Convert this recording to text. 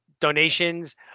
donations